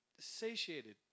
satiated